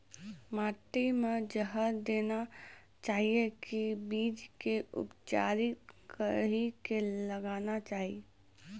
माटी मे जहर देना चाहिए की बीज के उपचारित कड़ी के लगाना चाहिए?